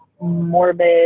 morbid